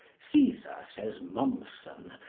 caesar, says mommsen,